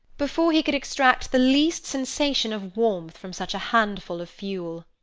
before he could extract the least sensation of warmth from such a handful of fuel.